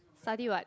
study what